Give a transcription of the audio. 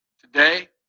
Today